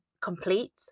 complete